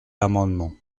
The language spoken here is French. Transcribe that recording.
l’amendement